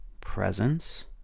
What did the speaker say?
presence